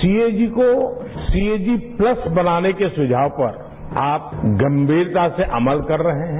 CAG को CAG एलस बनाने के सुझाव पर आप गंभीरता से अमल कर रहे हैं